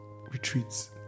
retreats